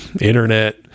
Internet